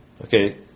Okay